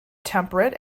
temperate